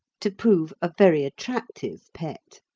to prove a very attractive pet.